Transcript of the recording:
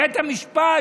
בית המשפט,